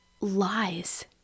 lies